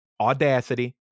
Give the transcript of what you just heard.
audacity